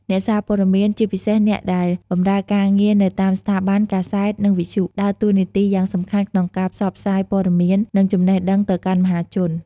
អ្នកសារព័ត៌មាន ជាពិសេសអ្នកដែលបម្រើការងារនៅតាមស្ថាប័ន កាសែត និងវិទ្យុ ដើរតួនាទីយ៉ាងសំខាន់ក្នុងការផ្សព្វផ្សាយព័ត៌មាន និងចំណេះដឹងទៅកាន់មហាជន។